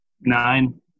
Nine